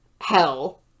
hell